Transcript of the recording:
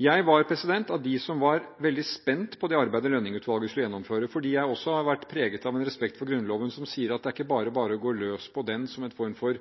Jeg var av dem som var veldig spent på det arbeidet Lønning-utvalget skulle gjennomføre, fordi jeg også har vært preget av en respekt for Grunnloven som sier at det ikke er bare bare å gå løs på den som en form for